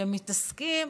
שהם מתעסקים